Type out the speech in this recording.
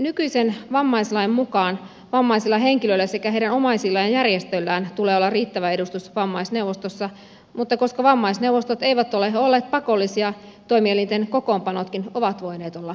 nykyisen vammaislain mukaan vammaisilla henkilöillä sekä heidän omaisillaan ja järjestöillään tulee olla riittävä edustus vammaisneuvostossa mutta koska vammaisneuvostot eivät ole olleet pakollisia toimielinten kokoonpanotkin ovat voineet olla erilaisia